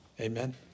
Amen